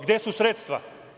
Gde su sredstva?